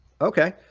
Okay